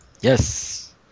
yes